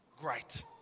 great